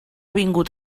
vingut